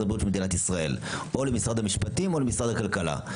הבריאות של מדינת ישראל או למשרד המשפטים או למשרד הכלכלה.